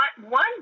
one